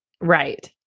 Right